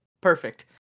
Perfect